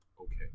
Okay